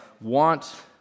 want